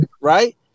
right